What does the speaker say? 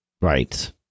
Right